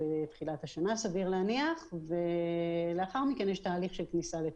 בתחילת השנה ולאחר מכן יש תהליך של כניסה לתוקף.